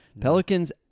Pelicans